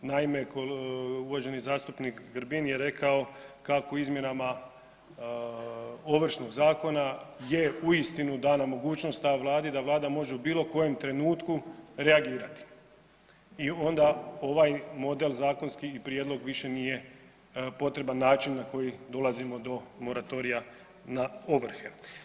Naime, uvaženi zastupnik Grbin je rekao kako izmjenama Ovršnog zakona je uistinu dana mogućnost da Vladi da Vlada može u bilo kojem trenutku reagirati i onda ovaj model zakonski i prijedlog više nije potreban, način na koji dolazimo do moratorija na ovrhe.